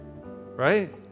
right